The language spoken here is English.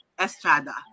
Estrada